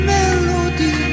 Melody